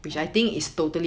oh